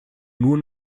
nur